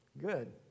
good